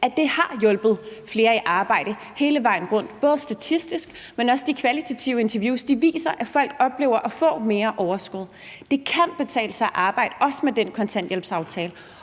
det har hjulpet flere i arbejde hele vejen rundt; både statistik, men også kvalitative interviews, viser, at folk oplever at få mere overskud. Det kan betale sig at arbejde – også med den kontanthjælpsaftale